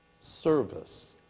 service